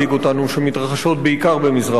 שמתרחשות בעיקר במזרח-אירופה.